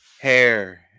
hair